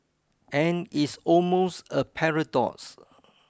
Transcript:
and it's almost a paradox